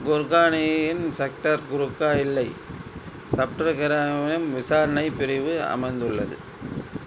குர்கானின் sector ருகா இல் சப்டர் கிராயம் விசாரணை பிரிவு அமைந்துள்ளது